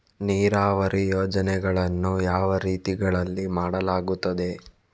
ನೀರಾವರಿ ಯೋಜನೆಗಳನ್ನು ಯಾವ ರೀತಿಗಳಲ್ಲಿ ಮಾಡಲಾಗುತ್ತದೆ?